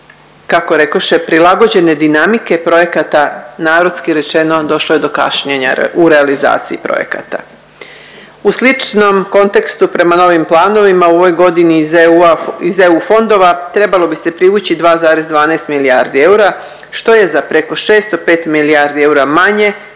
kako rekoše prilagođene dinamike projekata. Narodski rečeno došlo je do kašnjenja u realizaciji projekata. U sličnom kontekstu prema novim planovima u ovoj godini iz EU fondova trebalo bi se privući 2,12 milijardi eura što je za preko 605 milijardi eura manje